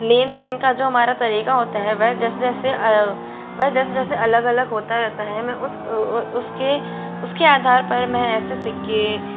लेन देन का जो हमारा तरीका होता है वह जैसे जैसे वह जैसे जैसे अलग अलग होता रहता है मैं उस उसके उसके आधार पर मैं ऐसे सिक्के